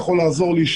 ז'